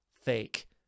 fake